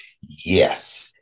yes